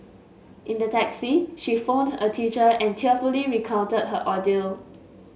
in the taxi she phoned a teacher and tearfully recounted her ordeal